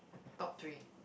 top three